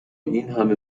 اینهمه